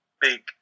big